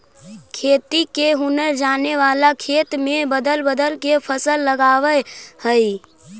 खेती के हुनर जाने वाला खेत में बदल बदल के फसल लगावऽ हइ